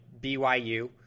BYU